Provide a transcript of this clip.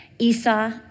Esau